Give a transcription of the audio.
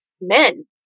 men